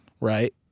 right